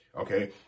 okay